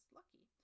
lucky